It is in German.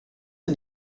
der